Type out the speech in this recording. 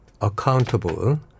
accountable